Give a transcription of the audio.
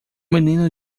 menino